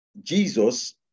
Jesus